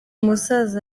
musaza